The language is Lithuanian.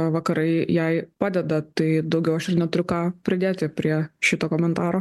vakarai jai padeda tai daugiau aš ir neturiu ką pridėti prie šito komentaro